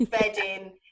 bedding